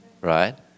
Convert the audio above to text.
right